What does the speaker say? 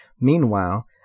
Meanwhile